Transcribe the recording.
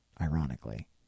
Ironically